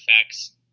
effects